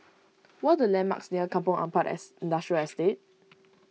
what the landmarks near Kampong Ampat Industrial Estate